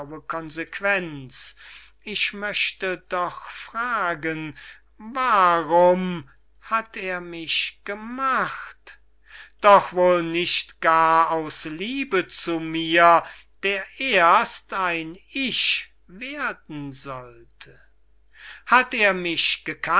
consequenz ich möchte doch fragen warum hat er mich gemacht doch wohl nicht gar aus liebe zu mir der erst ein ich werden sollte hat er mich